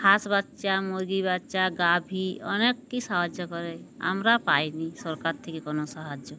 হাঁস বাচ্চা মুরগি বাচ্চা গাভী অনেক কিছু সাহায্য করে আমরা পাইনি সরকার থেকে কোনো সাহায্য